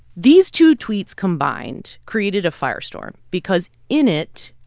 these two tweets combined created a firestorm because in it,